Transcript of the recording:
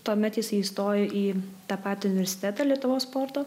tuomet jisai įstojo į tą patį universitetą lietuvos sporto